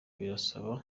birasaba